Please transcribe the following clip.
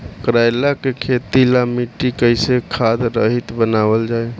करेला के खेती ला मिट्टी कइसे खाद्य रहित बनावल जाई?